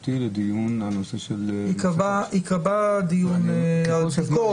בקשתי לדיון בנושא --- ייקבע דיון על הקנסות,